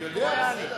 אני יודע, בסדר,